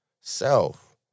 self